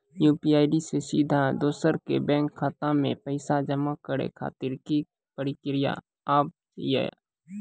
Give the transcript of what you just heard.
UPI से सीधा दोसर के बैंक खाता मे पैसा जमा करे खातिर की प्रक्रिया हाव हाय?